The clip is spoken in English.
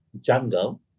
jungle